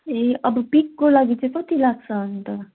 ए अब पिकको लागि चाहिँ कति लाग्छ अन्त